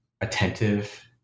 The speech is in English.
attentive